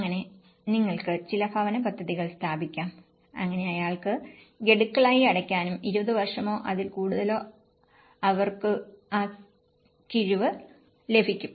അങ്ങനെ നിങ്ങൾക്ക് ചില ഭവന പദ്ധതികൾ സ്ഥാപിക്കാം അങ്ങനെ അയാൾക്ക് ഗഡുക്കളായി അടക്കാനും 20 വർഷമോ അതിൽ കൂടുതലോ അവർക്കും ആ കഴിവ് ലഭിക്കും